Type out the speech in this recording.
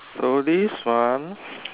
so this one